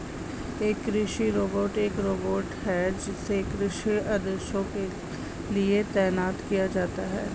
एक कृषि रोबोट एक रोबोट है जिसे कृषि उद्देश्यों के लिए तैनात किया जाता है